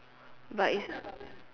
but is